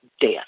death